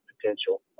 potential